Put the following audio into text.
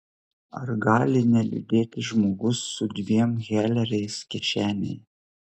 ar gali neliūdėti žmogus su dviem heleriais kišenėje